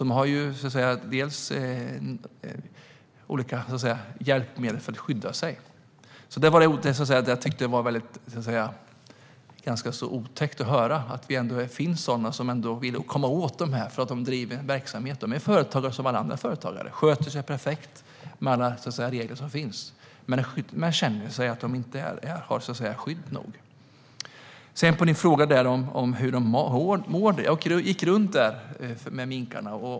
De har olika hjälpmedel för att skydda sig. Det var ganska otäckt att höra att det finns sådana som vill komma åt de här människorna för att de bedriver denna verksamhet. De är företagare som alla andra företagare. De sköter sig perfekt och följer alla regler som finns. Men de känner att de inte har skydd nog. Jens Holm frågar om hur minkarna mår. Jag gick runt där bland minkarna.